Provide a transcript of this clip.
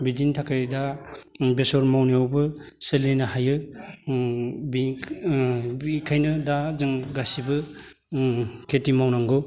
बिदिनि थाखाय दा बेसर मावनायावबो सोलिनो हायो बेनिखायनो दा जों गासैबो खेथि मावनांगौ